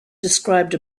described